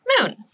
moon